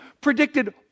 predicted